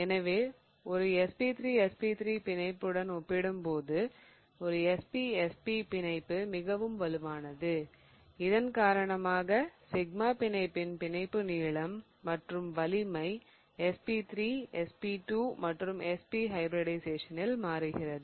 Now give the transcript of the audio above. எனவே ஒரு sp3 sp3 பிணைப்புடன் ஒப்பிடும்போது ஒரு sp sp பிணைப்பு மிகவும் வலுவானது இதன் காரணமாக சிக்மா பிணைப்பின் பிணைப்பு நீளம் மற்றும் வலிமை sp3 sp2 மற்றும் sp ஹைபிரிடிஷயேசனில் மாறுகிறது